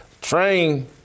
train